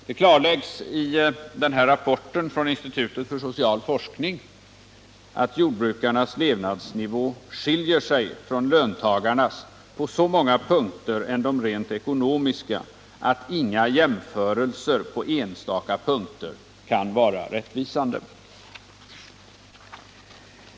Det klarläggs i rapporten från institutet för social forskning att jordbrukarnas levnadsnivå skiljer sig från löntagarnas i så många andra avseenden än de rent ekonomiska att inga jämförelser på enstaka punkter kan vara rättvisande.